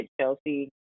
Chelsea